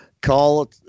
call